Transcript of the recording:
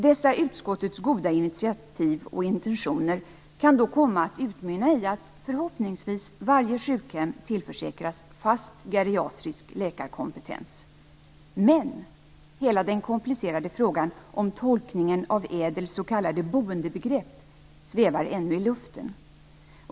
Dessa utskottets goda initiativ och intentioner kan då komma att utmynna i att förhoppningsvis varje sjukhem tillförsäkras fast geriatrisk läkarkompetens. Men hela den komplicerade frågan om tolkningen av ädelreformens s.k. boendebegrepp svävar ännu i luften.